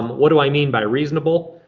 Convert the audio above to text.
um what do i mean by reasonable?